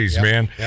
man